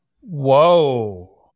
whoa